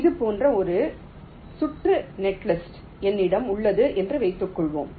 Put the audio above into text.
இது போன்ற ஒரு சுற்று நெட்லிஸ்ட் என்னிடம் உள்ளது என்று வைத்துக்கொள்வோம்